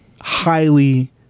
highly